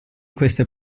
queste